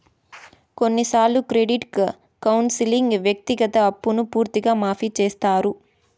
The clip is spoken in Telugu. కొన్నిసార్లు క్రెడిట్ కౌన్సిలింగ్లో వ్యక్తిగత అప్పును పూర్తిగా మాఫీ చేత్తారు